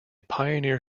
pioneer